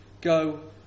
go